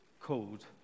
called